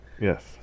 Yes